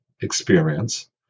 experience